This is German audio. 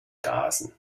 gasen